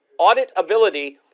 auditability